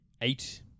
eight